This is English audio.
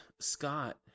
Scott